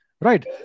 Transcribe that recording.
right